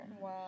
Wow